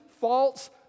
false